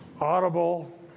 audible